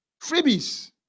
freebies